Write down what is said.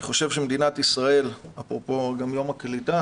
אני חושב שמדינת ישראל אפרופו גם יום הקליטה